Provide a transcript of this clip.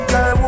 Girl